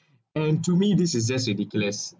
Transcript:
and to me this is just ridiculous